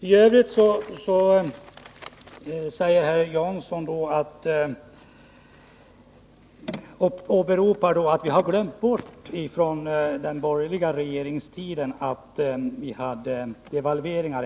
I övrigt sade herr Jansson att vi har glömt bort att det även under den borgerliga regeringstiden genomfördes devalveringar.